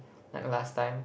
like last time